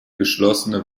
geschlossene